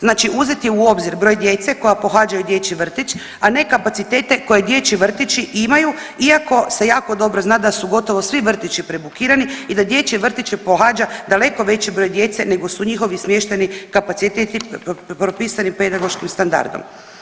Znači, uzet je u obzir broj djece koja pohađaju dječji vrtić, a ne kapacitete koje dječji vrtići imaju iako se jako dobro zna da su gotovo svi vrtići prebukirani i da dječje vrtiće pohađa daleko veći broj djece nego su njihovi smještajni kapaciteti propisani pedagoškim standardom.